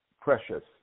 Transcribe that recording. precious